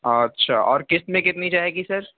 اچھا اور قسط میں کتنی جائے گی سر